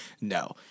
no